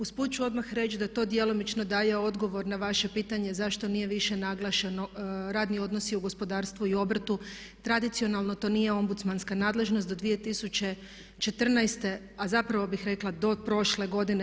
Usput ću odmah reći da to djelomično daje odgovor na vaše pitanje zašto nije više naglašeno radni odnosi u gospodarstvu i obrtu, tradicionalno to nije ombudsmanska nadležnost do 2014. a zapravo bih rekla do prošle godine.